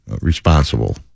responsible